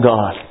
God